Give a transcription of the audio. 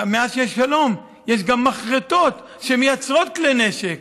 מאז שיש שלום, יש גם מחרטות שמייצרות כלי נשק.